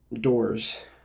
doors